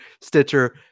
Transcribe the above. Stitcher